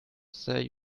say